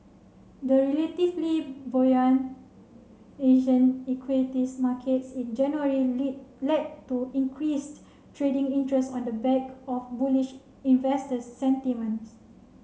the relatively buoyant Asian equities markets in January lead led to increased trading interest on the back of bullish investors sentiments